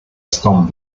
stamp